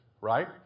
right